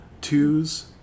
twos